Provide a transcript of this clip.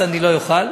אז אני לא אוכל.